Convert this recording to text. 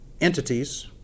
entities